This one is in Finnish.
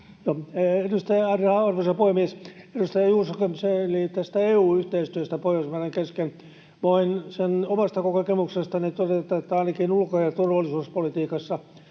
Content: Arvoisa puhemies! Edustaja Juuso kyseli tästä EU-yhteistyöstä Pohjoismaiden kesken. Voin sen omasta kokemuksestani todeta, että ainakin ulko- ja turvallisuuspolitiikassa